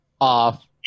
off